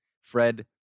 Fred